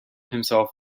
himself